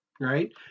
right